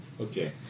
Okay